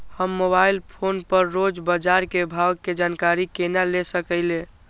हम mobile phone पर रोज बाजार के भाव के जानकारी केना ले सकलिये?